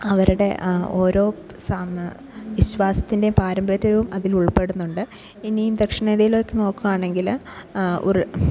അവരുടെ ആ ഓരോ സം വിശ്വാസത്തിൻ്റെ പാരമ്പര്യവും അതിലുൾപ്പെടുന്നുണ്ട് ഇനിയും ദക്ഷിണേന്ത്യയിലേക്ക് നോക്കുകയാണെങ്കിൽ ഉരു